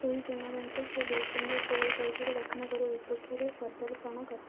ଏହି ଟୁର୍ଣ୍ଣାମେଣ୍ଟରେ ସେ ଡିସେମ୍ବର୍ ଷୋହଳ ତାରିଖରେ ଦକ୍ଷିଣ କୋରିଆ ବିପକ୍ଷରେ ପଦାର୍ପଣ କରିଥିଲେ